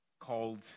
called